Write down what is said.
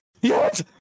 yes